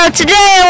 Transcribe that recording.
today